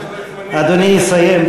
אדוני יסיים,